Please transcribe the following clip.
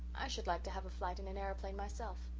i should like to have a flight in an aeroplane myself.